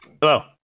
Hello